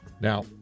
Now